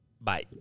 Bye